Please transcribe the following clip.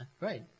Right